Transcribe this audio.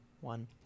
one